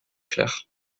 clair